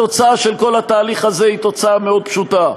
התוצאה של כל התהליך הזה היא תוצאה מאוד פשוטה: